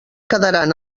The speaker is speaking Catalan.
quedaran